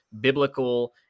biblical